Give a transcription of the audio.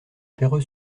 perreux